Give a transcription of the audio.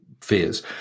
fears